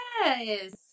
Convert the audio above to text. yes